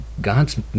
God's